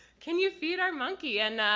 can you feed our monkey. and